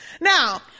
Now